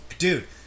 Dude